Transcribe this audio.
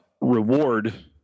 reward